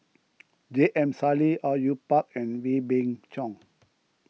J M Sali Au Yue Pak and Wee Beng Chong